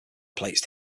placed